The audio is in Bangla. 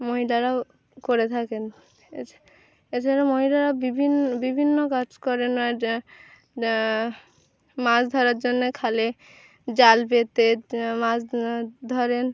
মহিলারাও করে থাকেন এছাড়া মহিলারা বিভিন বিভিন্ন কাজ করেন মাছ ধরার জন্যে খালে জাল পেতে মাছ ধরেন